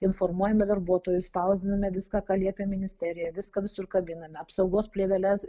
informuojame darbuotojus spausdiname viską ką liepia ministerija viską visur kabiname apsaugos plėveles